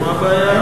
מה הבעיה?